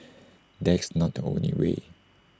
that's not the only way